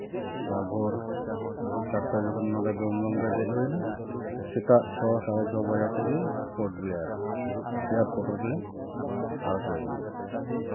ᱵᱷᱳᱨ ᱪᱟᱨᱴᱟ ᱡᱚᱠᱷᱚᱱ ᱱᱚᱰᱮ ᱫᱚᱢ ᱫᱚᱢ ᱨᱮ ᱫᱮᱡ ᱦᱩᱭ ᱮᱱᱟ ᱥᱮᱛᱟᱜ ᱪᱷᱚ ᱥᱟᱲᱮ ᱪᱷᱚ ᱵᱟᱡᱟᱜ ᱛᱮᱜᱮ ᱠᱳᱪᱵᱤᱦᱟᱨ ᱮᱭᱟᱨᱯᱳᱨᱴ ᱨᱮᱞᱮ ᱟᱬᱜᱚᱭᱮᱱᱟ